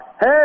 Hey